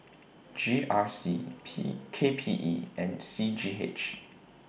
G R C P K P E and C G H